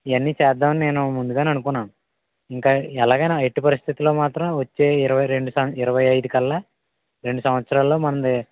ఇవన్నీ చేద్దామని నేను ముందుగానే అనుకున్నాను ఇంకా ఎలాగైనా ఎట్టి పరిస్థితిలో మాత్రం వచ్చే ఇరవైరెండు సం ఇరవై ఐదుకి రెండు సంవత్సరాల్లో మనది